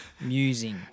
musing